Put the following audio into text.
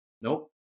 nope